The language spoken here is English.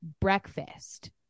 breakfast